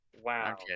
Wow